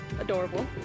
adorable